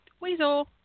Weasel